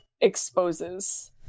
exposes